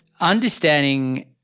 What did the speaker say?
understanding